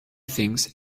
things